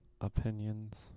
opinions